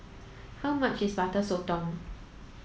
how much is Butter Sotong